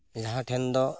ᱡᱟᱦᱟᱸ ᱴᱷᱮᱱ ᱫᱚ